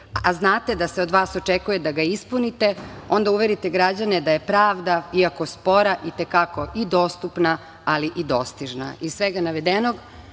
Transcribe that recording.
a znate da se od vas očekujete da ga ispunite, onda uverite građane da je pravda, iako spora, i te kako i dostupna, ali i dostižna. Iz svega navedenog,